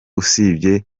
usibye